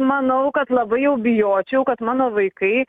manau kad labai jau bijočiau kad mano vaikai